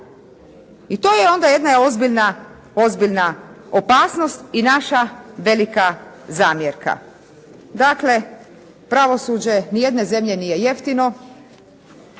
I to je onda jedna ozbiljna opasnost i naša velika zamjerka. Dakle, pravosuđe ni jedne zemlje nije jeftino